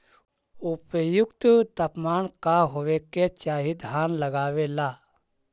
उपयुक्त तापमान का होबे के चाही धान लगावे ला?